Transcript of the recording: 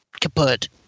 kaput